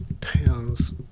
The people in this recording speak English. pounds